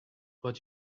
what